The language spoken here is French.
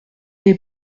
les